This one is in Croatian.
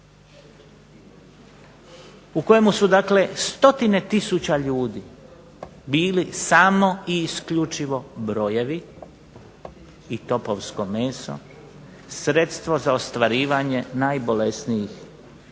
u kojemu su dakle stotine tisuća ljudi bili samo i isključivo brojevi i topovsko meso, sredstvo za ostvarivanje najbolesnijih